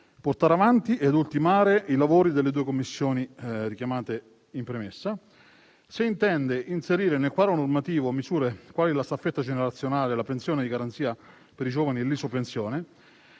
portare avanti ed ultimare i lavori delle due commissioni richiamate in premessa; se intende inserire nel quadro normativo misure quali la staffetta generazionale, la pensione di garanzia per i giovani e l'isopensione;